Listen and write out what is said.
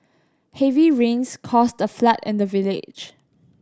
heavy rains caused the flood in the village